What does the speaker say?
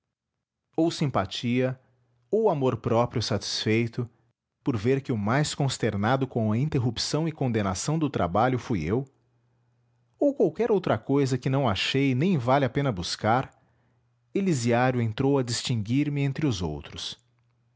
ou simpatia ou amor-próprio satisfeito por ver que o mais consternado com a interrupção e condenação do trabalho fui eu ou qualquer outra causa que não achei nem vale a pena buscar elisiário entrou a distinguir me entre os outros